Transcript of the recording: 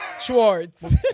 Schwartz